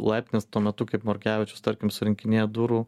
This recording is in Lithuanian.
laiptinės tuo metu kaip morkevičius tarkim surinkinėja durų